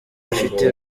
afite